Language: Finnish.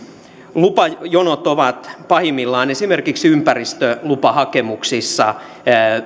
lupajonot ovat pahimmillaan esimerkiksi ympäristölupahakemuksissa